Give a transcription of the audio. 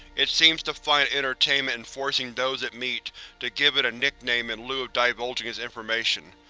it seems to find entertainment in forcing those it meets to give it a nickname in lieu of divulging this information.